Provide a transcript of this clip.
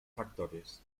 factores